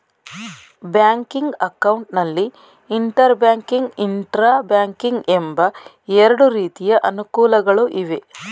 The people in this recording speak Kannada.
ಬ್ಯಾಂಕಿಂಗ್ ಅಕೌಂಟ್ ನಲ್ಲಿ ಇಂಟರ್ ಬ್ಯಾಂಕಿಂಗ್, ಇಂಟ್ರಾ ಬ್ಯಾಂಕಿಂಗ್ ಎಂಬ ಎರಡು ರೀತಿಯ ಅನುಕೂಲಗಳು ಇವೆ